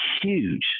huge